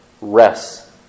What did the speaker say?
rests